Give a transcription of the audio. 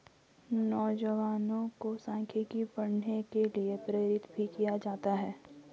नौजवानों को सांख्यिकी पढ़ने के लिये प्रेरित भी किया जाता रहा है